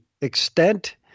extent